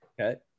Okay